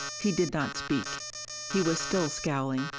he did not speak he was still scowling.